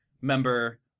member